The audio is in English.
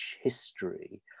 history